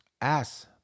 ass